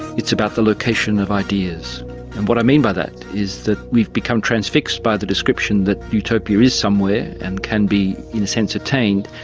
it's about the location of ideas. and what i mean by that is that we've become transfixed by the description that utopia is somewhere and can be, in a sense, attained,